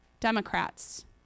Democrats